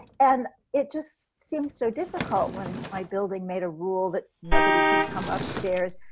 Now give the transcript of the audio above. and it just seems so difficult when my building made a rule that nobody could come upstairs,